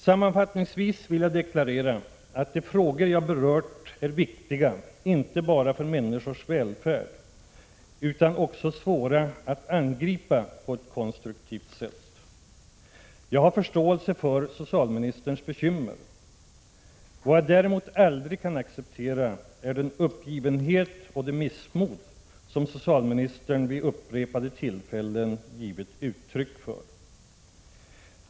Sammanfattningsvis vill jag deklarera att de frågor jag berört inte bara är viktiga för människors välfärd. De är också svåra att angripa på ett konstruktivt sätt. Jag har förståelse för socialministerns bekymmer. Vad jag däremot aldrig kan acceptera är den uppgivenhet och det missmod som socialministern vid upprepade tillfällen givit uttryck för.